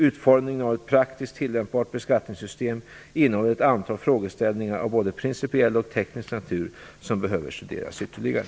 Utformningen av ett praktiskt tillämpbart beskattningssystem innehåller ett antal frågeställningar av både principiell och teknisk natur som behöver studeras ytterligare.